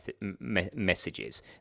messages